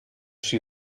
she